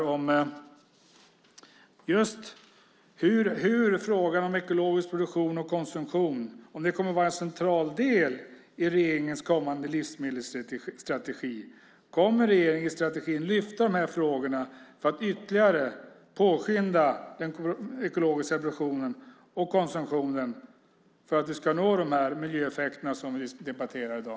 Kommer frågan om ekologisk produktion och konsumtion att vara en central del i regeringens kommande livsmedelsstrategi? Kommer regeringens strategi att lyfta fram frågorna för att ytterligare påskynda den ekologiska produktionen och konsumtionen för att vi ska nå de miljöeffekter vi debatterar i dag?